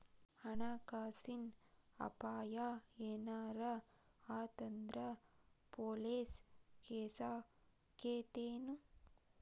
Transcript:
ಹಣ ಕಾಸಿನ್ ಅಪಾಯಾ ಏನರ ಆತ್ ಅಂದ್ರ ಪೊಲೇಸ್ ಕೇಸಾಕ್ಕೇತೆನು?